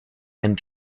and